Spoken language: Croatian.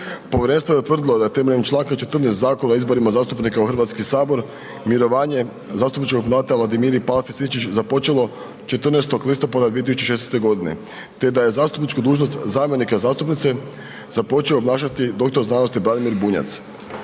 Povjerenstvo je utvrdilo da temeljem Članka 14. Zakona o izborima zastupnika u Hrvatski sabor, mirovanje zastupničkog mandata Vladimiri Palfi Sinčić započelo 14. listopada 2016. godine te da je zastupničku dužnost zamjenika zastupnice započeo obnašati dr.sc. Branimir Bunjac.